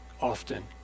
often